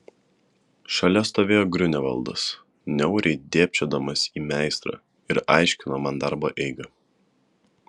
šalia stovėjo griunevaldas niauriai dėbčiodamas į meistrą ir aiškino man darbo eigą